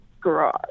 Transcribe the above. garage